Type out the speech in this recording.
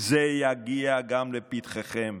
שזה יגיע גם לפתחכם.